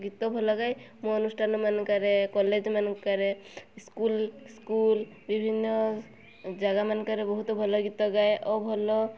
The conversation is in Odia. ଗୀତ ଭଲ ଗାଏ ମୁଁ ଅନୁଷ୍ଠାନ ମାନଙ୍କରେ କଲେଜ୍ ମାନଙ୍କରେ ସ୍କୁଲ୍ ସ୍କୁଲ୍ ବିଭିନ୍ନ ଜାଗା ମାନଙ୍କରେ ବହୁତ ଭଲ ଗୀତ ଗାଏ ଓ ଭଲ